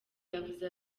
yavuze